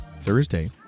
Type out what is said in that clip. Thursday